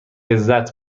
لذت